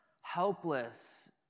helpless